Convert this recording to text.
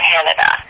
Canada